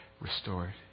restored